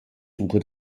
suche